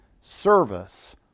service